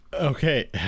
Okay